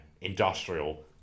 industrial